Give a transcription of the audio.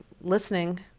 listening